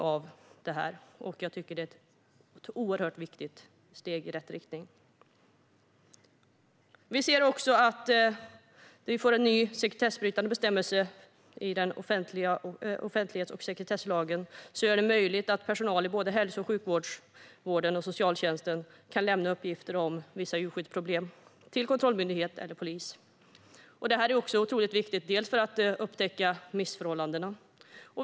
Jag tycker att det är ett oerhört viktigt steg i rätt riktning. Vi får också en ny sekretessbrytande bestämmelse i offentlighets och sekretesslagen, som gör det möjligt för personal inom hälso och sjukvården och socialtjänsten kan lämna uppgifter om vissa djurskyddsproblem till kontrollmyndighet eller polis. Detta är också otroligt viktigt för att upptäcka missförhållanden.